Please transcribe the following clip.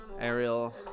ariel